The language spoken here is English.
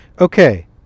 Okay